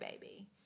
baby